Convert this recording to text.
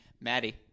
Maddie